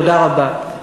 תודה רבה.